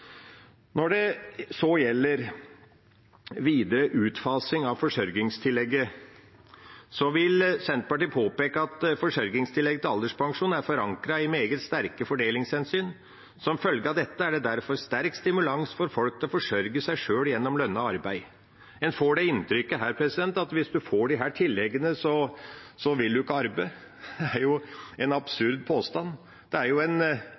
Når det så gjelder videre utfasing av forsørgingstillegget, vil Senterpartiet påpeke at forsørgingstillegget til alderspensjonen er forankret i meget sterke fordelingshensyn. Som følge av dette er det derfor sterk stimulans for folk til å forsørge seg sjøl gjennom lønnet arbeid. Her får en inntrykk av at hvis en får disse tilleggene, vil en ikke arbeide. Det er jo en absurd påstand. Det er en